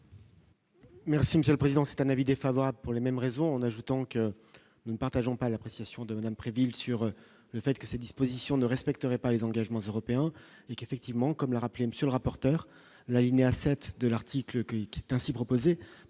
Merci Monsieur le Président, c'est un avis défavorable pour les mêmes raisons, en ajoutant que nous ne partageons pas l'appréciation de l'imprévisible sur le fait que ces dispositions ne respecterait pas les engagements européens et qu'effectivement, comme le rappelait monsieur le rapporteur, l'alinéa 7 de l'article qui quitte ainsi proposé